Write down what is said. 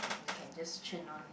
we can just churn on